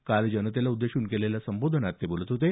काल जनतेला उद्देशून केलेल्या संबोधनात ते बोलत होते